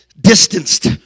distanced